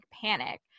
panic